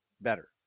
better